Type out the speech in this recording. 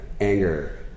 anger